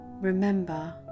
remember